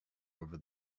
over